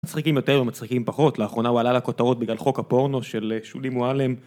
מצחיקים יותר ומצחיקים פחות, לאחרונה הוא עלה לכותרות בגלל חוק הפורנו של שולי מועלם